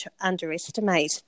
underestimate